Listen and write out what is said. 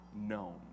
known